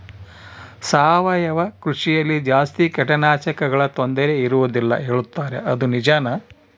ಸಾವಯವ ಕೃಷಿಯಲ್ಲಿ ಜಾಸ್ತಿ ಕೇಟನಾಶಕಗಳ ತೊಂದರೆ ಇರುವದಿಲ್ಲ ಹೇಳುತ್ತಾರೆ ಅದು ನಿಜಾನಾ?